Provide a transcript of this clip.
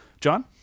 John